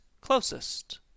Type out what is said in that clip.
closest